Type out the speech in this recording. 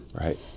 Right